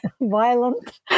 violent